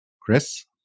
Chris